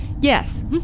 Yes